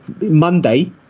Monday